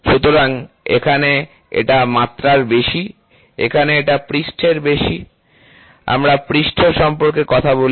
সুতরাং এখানে এটা মাত্রার বেশি এখানে এটা পৃষ্ঠের বেশি আমরা পৃষ্ঠ সম্পর্কে কথা বলি